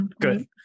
Good